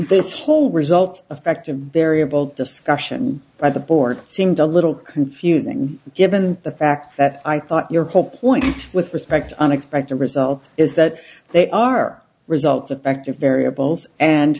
whole results effect a variable discussion by the board seemed a little confusing given the fact that i thought your whole point with respect to unexpected result is that they are results of back to variables and